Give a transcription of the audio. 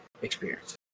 experience